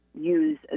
use